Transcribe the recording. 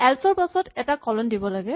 else ৰ পাছত এটা কলন দিব লাগে